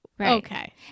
okay